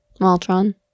Maltron